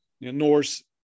Norse